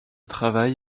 travail